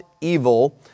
evil